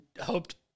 hoped